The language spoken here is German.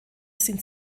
sind